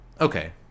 Okay